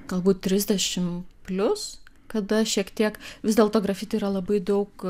galbūt trisdešimt plius kada šiek tiek vis dėlto grafiti yra labai daug